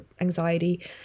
anxiety